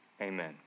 amen